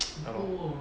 oh